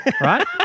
right